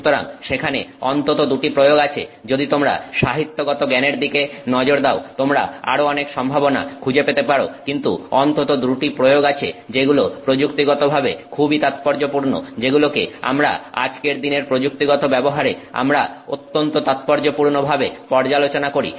সুতরাং সেখানে অন্তত দুটি প্রয়োগ আছে যদি তোমরা সাহিত্যগত জ্ঞানের দিকে নজর দাও তোমরা আরো অনেক সম্ভাবনা খুঁজে পেতে পারো কিন্তু অন্তত দুটি প্রয়োগ আছে যেগুলো প্রযুক্তিগতভাবে খুবই তাৎপর্যপূর্ণ যেগুলোকে আমরা আজকের দিনের প্রযুক্তিগত ব্যবহারে আমরা অত্যন্ত তাৎপর্যপূর্ণ ভাবে পর্যালোচনা করি